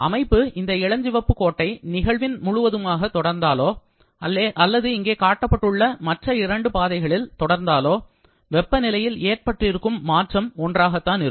அமைப்பு இந்த இளஞ்சிவப்பு கோட்டை நிகழ்வின் முழுவதுமாக தொடர்ந்தாலோ அல்லது இங்கே காட்டப்பட்டுள்ள மற்ற இரண்டு பாதைகளில் தொடர்ந்தாலோ வெப்பநிலையில் ஏற்பட்டிருக்கும் மாற்றம் ஒன்றாகத்தான் இருக்கும்